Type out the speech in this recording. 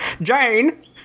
Jane